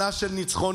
שנה של ניצחונות,